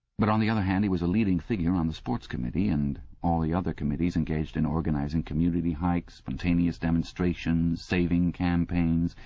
but on the other hand he was a leading figure on the sports committee and all the other committees engaged in organizing community hikes, spontaneous demonstrations, savings campaigns,